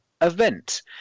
event